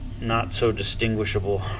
not-so-distinguishable